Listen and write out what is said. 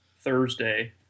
Thursday